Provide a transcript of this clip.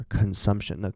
consumption